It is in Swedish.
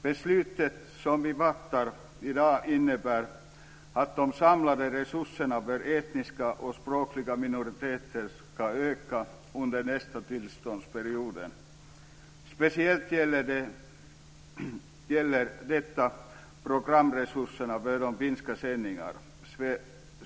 Beslutet som vi fattar i dag innebär att de samlade resurserna för etniska och språkliga minoriteter ska öka under nästa tillståndsperiod. Speciellt gäller detta programresurserna för de finska sändningarna.